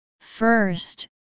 First